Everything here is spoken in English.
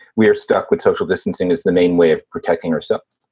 we are stuck with social distancing is the main way of protecting herself.